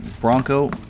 bronco